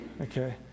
okay